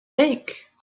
bank